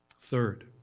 Third